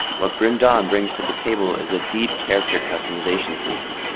what grim dawn brings to the table is a deep character customization system.